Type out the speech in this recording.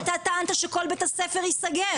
אבל אתה טענת שכל בית הספר ייסגר.